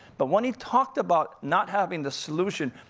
but when he talked about not having the solution,